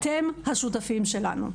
אתם השותפים שלנו.